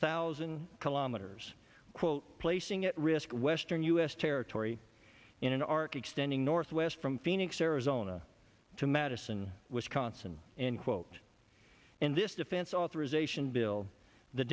thousand kilometers quote placing at risk western u s territory in an arc extending north west from phoenix arizona to madison wisconsin and quote in this defense authorization bill the